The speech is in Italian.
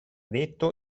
detto